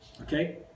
Okay